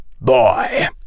boy